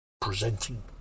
Presenting